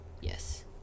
Yes